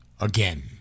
again